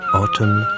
autumn